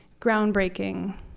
groundbreaking